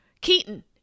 Keaton